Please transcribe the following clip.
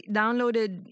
downloaded